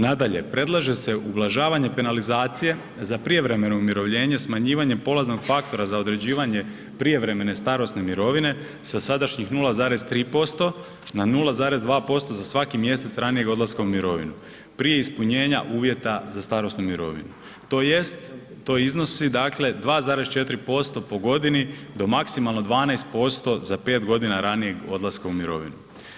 Nadalje, predlaže se ublažavanje penalizacije za prijevremeno umirovljenje smanjivanjem polaznog faktora za određivanje prijevremene starosne mirovine sa sadašnjih 0,3% na 0,2% za svaki mjesec ranijeg odlaska u mirovinu, prije ispunjenja uvjeta za starosnu mirovinu tj. to iznosi dakle 2,4% po godini do maksimalno 12% za 5.g. ranijeg odlaska u mirovinu.